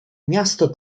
miasto